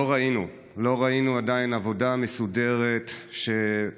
לא ראינו, לא ראינו עדיין עבודה מסודרת שהתפרסמה,